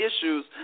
issues